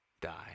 die